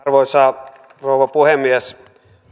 arvoisa rouva puhemies